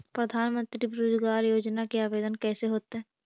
प्रधानमंत्री बेरोजगार योजना के आवेदन कैसे होतै?